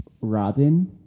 Robin